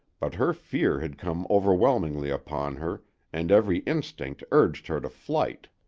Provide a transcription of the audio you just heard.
but her fear had come overwhelmingly upon her and every instinct urged her to flight.